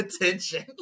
attention